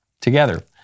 together